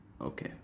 Okay